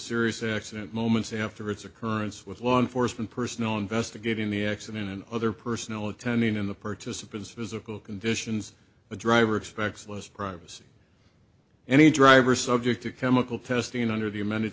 serious accident moments after its occurrence with law enforcement personnel investigating the accident and other personnel attending in the participants physical conditions the driver expects less privacy any driver subject to chemical testing under the amended